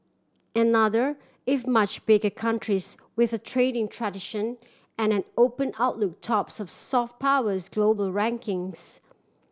another if much bigger countries with a trading tradition and an open outlook tops the soft powers global rankings